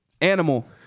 animal